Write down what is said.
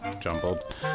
jumbled